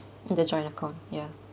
the joint account ya